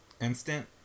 Instant